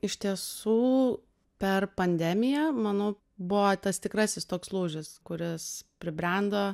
iš tiesų per pandemiją manau buvo tas tikrasis toks lūžis kuris pribrendo